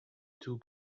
two